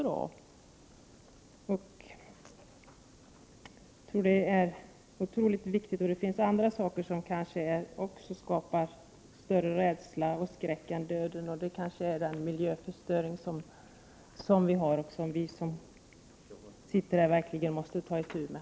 Det finns kanske andra saker som skapar större rädsla och skräck än döden, t.ex. den miljöförstöring som pågår och som vi som sitter här i riksdagen verkligen måste ta itu med.